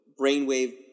Brainwave